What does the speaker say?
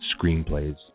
Screenplays